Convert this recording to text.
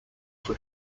for